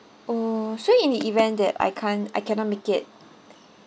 oh so in the event that I can't I cannot make it